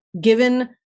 given